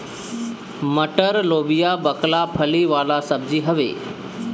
मटर, लोबिया, बकला फली वाला सब्जी हवे